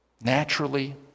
naturally